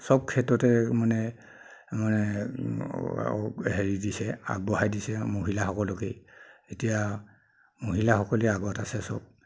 চব ক্ষেত্ৰতে মানে মানে হেৰি দিছে আগবঢ়াই দিছে মহিলা সকলোকেই এতিয়া মহিলাসকলেই আগত আছে চব